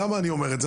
למה אני מספר את זה?